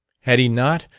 had he not,